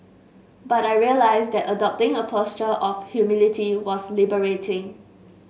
but I realised that adopting a posture of humility was liberating